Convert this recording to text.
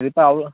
അതെപ്പോഴാണാവുക